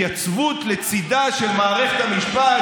אבל אני קורא דברים שהוא כותב בהתייצבות לצידה של מערכת המשפט.